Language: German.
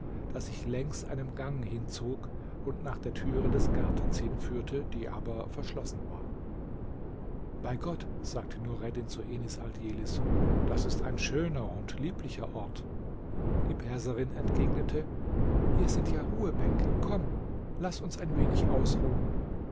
das sich längs einem gang hinzog und nach der türe des gartens hinführte die aber verschlossen war bei gott sagte nureddin zu enis aldjelis das ist ein schöner und lieblicher ort die perserin entgegnete hier sind ja ruhebänke komm laß uns ein wenig ausruhen